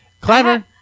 Clever